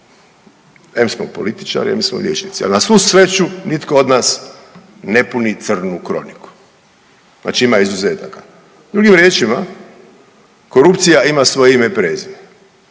em smo političari, em smo liječnici. Ali na svu sreću nitko od nas ne puni crnu kroniku, znači ima izuzetaka. Drugim riječima, korupcija ima svoje ime i prezime,